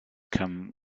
come